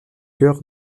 cœur